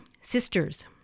sisters